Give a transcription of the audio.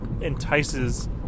entices